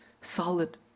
solid